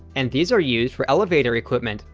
and these are used for elevator equipment,